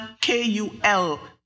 K-U-L